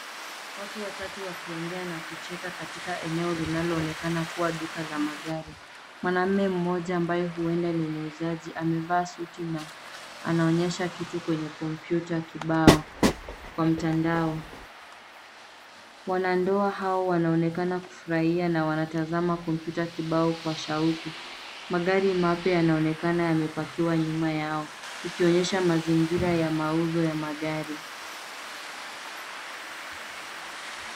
Watu watatu wakiongea na kucheka katika eneo linaloonekana kuwa duka ya magari. Mwanaume mmoja ambaye huenda ni muuzaji amevaa suti na anaonyesha kitu kwenye kompyuta kibao, kwa mtandao. Wanandoa hao wanaonekana kufurahia na wanatazama kompyuta kibao kwa shauku. Magari mapya yanaonekana yamepakiwa nyuma yao ikionyesha mazingira ya mauzo ya magari.